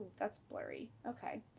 that's blurry, okay.